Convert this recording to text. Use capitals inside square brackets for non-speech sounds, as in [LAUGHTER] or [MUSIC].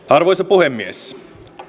[UNINTELLIGIBLE] arvoisa puhemies